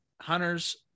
Hunter's